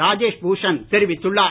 Rajesh Bhushan தொிவித்துள்ளார்